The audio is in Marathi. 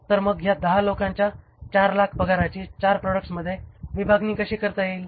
तर मग या दहा लोकांच्या ४ लाख पगाराची ४ प्रॉडक्ट्स मध्ये विभागणी कशी करता येईल